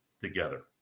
together